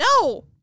No